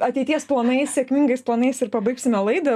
ateities planais sėkmingais planais ir pabaigsime laidą